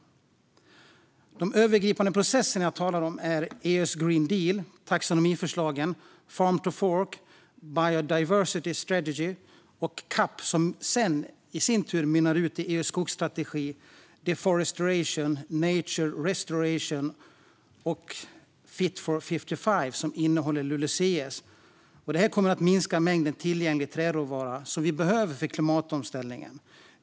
De övergripande processerna jag talar om är EU:s Green Deal, taxonomiförslagen, strategin Farm to Fork, Biodiversity Strategy och CAP, som i sin tur mynnar ut i EU:s skogsstrategi, deforestration, nature restoration och Fit for 55, som innehåller LULUCF. Det här kommer att minska mängden tillgänglig träråvara som vi behöver för klimatomställningen.